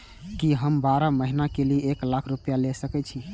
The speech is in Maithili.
की हम बारह महीना के लिए एक लाख रूपया ले सके छी?